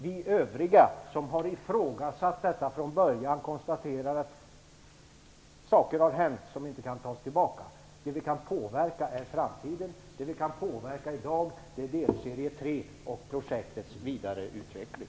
Vi övriga som ifrågasatt detta från början konstaterar att saker har hänt som inte kan tas tillbaka. Det vi kan påverka är framtiden, delserie 3 och projektets vidareutveckling.